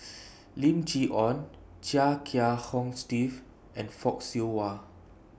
Lim Chee Onn Chia Kiah Hong Steve and Fock Siew Wah